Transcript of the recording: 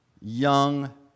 young